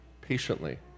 patiently